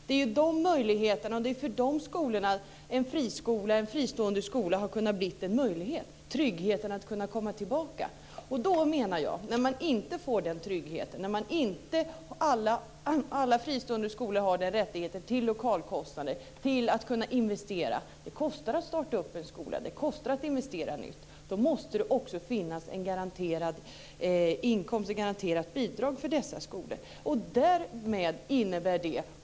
Det är ju för dessa som en fristående skola har kunnat bli en möjlighet, tryggheten att komma tillbaka. Jag menar att när barnen inte får den tryggheten och när alla fristående skolor inte har den rättigheten att få lokalkostnaderna täckta och att kunna investera - det kostar att starta en skola, och det kostar att investera i något nytt - då måste det också finnas ett garanterat bidrag för dessa skolor.